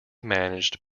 managed